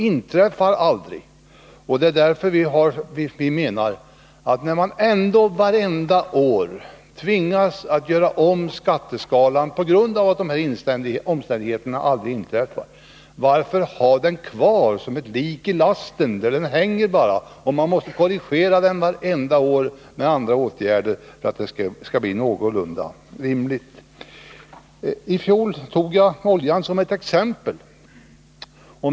Därför undrar vi, när man ändå vartenda år tvingas att göra om skatteskalan — på grund av att denna omständighet aldrig inträffar — varför man då skall ha den kvar som ett lik i lasten. Den bara hänger där, och man måste varje år korrigera den med andra åtgärder för att den skall bli någorlunda rimlig. I fjol tog jag oljan som ett exempel.